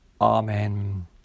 Amen